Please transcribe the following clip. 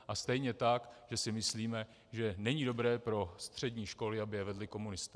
A stejně tak, že si myslíme, že není dobré pro střední školy, aby je vedli komunisté.